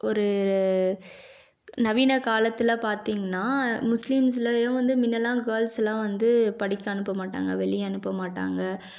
ஒரு நவீன காலத்தில் பார்த்திங்கன்னா முஸ்லிம்ஸ்லேயும் வந்து முன்னல்லாம் கேல்ஸ்லாம் வந்து படிக்க அனுப்ப மாட்டாங்க வெளியே அனுப்ப மாட்டாங்க